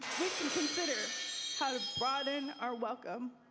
we can consider how to broaden our welcome,